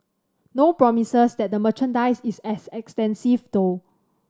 no promises that the merchandise is as extensive though